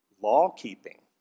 law-keeping